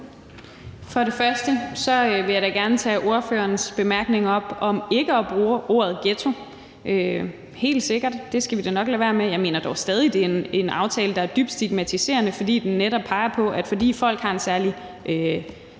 (EL): Først vil jeg da gerne tage ordførerens bemærkning om ikke at bruge ordet ghetto op. Det skal vi da helt sikkert nok lade være med. Jeg mener dog stadig, det er en aftale, der er dybt stigmatiserende, fordi den netop peger på, at fordi folk har en særlig